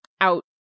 out